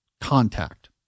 contact